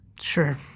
Sure